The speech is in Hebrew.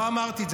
לא אמרתי את זה.